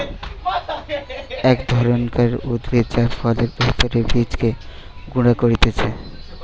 এক ধরণকার উদ্ভিদ যার ফলের ভেতরের বীজকে গুঁড়া করতিছে